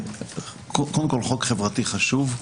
קודם כל זה חוק חברתי חשוב,